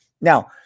now